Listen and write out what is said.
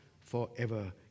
forever